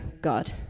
God